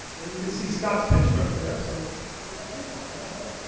and you can see scott's picture up there, so we'll let him talk about that.